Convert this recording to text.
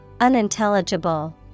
Unintelligible